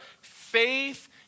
faith